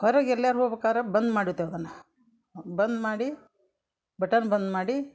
ಹೊರಗೆ ಎಲ್ಲಿಯಾರೂ ಹೋಗ್ಬಕಾರೆ ಬಂದ್ ಮಾಡಿ ಹೋಯ್ತೆವ್ ಅದನ್ನು ಬಂದ್ ಮಾಡಿ ಬಟನ್ ಬಂದ್ ಮಾಡಿ